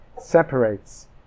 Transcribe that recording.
separates